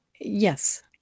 Yes